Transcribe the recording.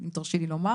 אם תרשי לי לומר.